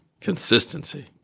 Consistency